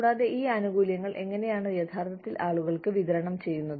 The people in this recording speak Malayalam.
കൂടാതെ ഈ ആനുകൂല്യങ്ങൾ എങ്ങനെയാണ് യഥാർത്ഥത്തിൽ ആളുകൾക്ക് വിതരണം ചെയ്യുന്നത്